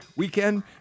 Weekend